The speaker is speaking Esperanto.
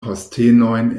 postenojn